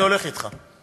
אני הולך אתך.